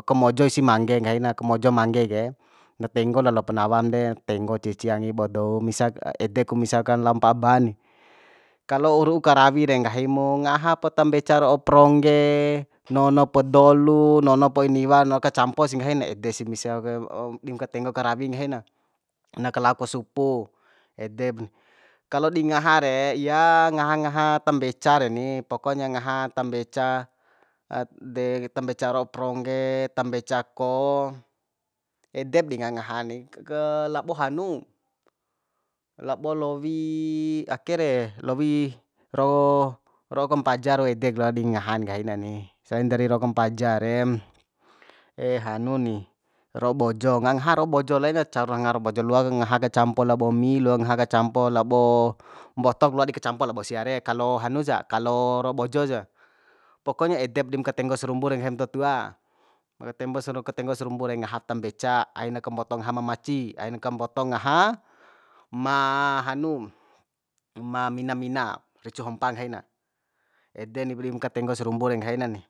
kamojo isis mangge nggahina kamojo mangge ke na tenggo lalo pa nawam de tenggo cici angi bo dou misa ede ku misa kan lao mpa'a ba ni kalo ru'u karawi de nggahi mu ngaha po tambeca ro'o prongge nono po dolu nonop oi niwan na kacamposih nggahin ede si misa dim katenggo karawi nggahi na na kalao ku supu edep ni kalo dingaha re ya ngaha ngaha tambeca reni pokonya ngaha tambeca tambeca ro'o prongge tambeca ko edep di ngaha ngaha ni labo hanu labo lowi ake re lowi rau ro'o kampaja rau edek rua di ngahan nggahi nani selain dari ro'o kampaja re hanu ni ro'o bojo ngangaha ro'o bojo laina caru ngaha ro'o bojo loa ngaha kacampo labo mi loak ngaha kacampo labo mbotok loa di kacampo labi sia re kalo hanu sa kalo ro'o bojo sa pokonya edep dim katenggo sarumbu re nggahim tutua katembo katenggo sarumbu re ngaha tambeca aina kamboto ngaha ma maci aina kamboto ngaha ma hanu ma mina mina ricu hompa nggahi na ede ni dim katenggo sarumbu re nggahi nani